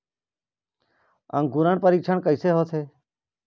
अंकुरण परीक्षण कैसे होथे?